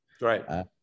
Right